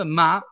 ma